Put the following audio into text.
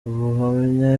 ubuhamya